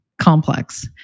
complex